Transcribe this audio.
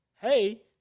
hey